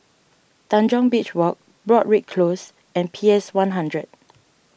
Tanjong Beach Walk Broadrick Close and P S one hundred